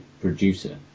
producer